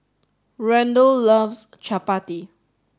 Randle loves Chapati